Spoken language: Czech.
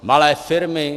Malé firmy?